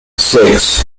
six